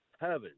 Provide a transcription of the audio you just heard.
heaven